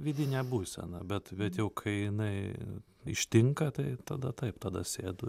vidinė būsena bet bet jau kai jinai ištinka tai tada taip tada sėdu